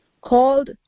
called